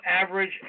average